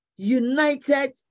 united